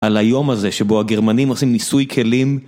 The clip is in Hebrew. על היום הזה שבו הגרמנים עושים ניסוי כלים.